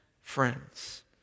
friends